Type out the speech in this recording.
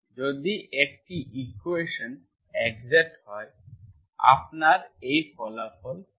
যদি একটি equation exact হয় আপনার এই ফলাফল পাবেন